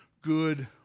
good